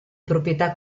proprietà